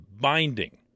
binding